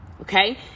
okay